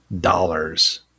dollars